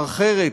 הר חרט,